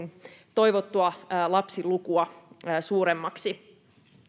toivottua lapsilukua suuremmaksi